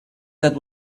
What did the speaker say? that